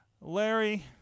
Larry